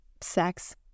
sex